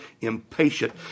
impatient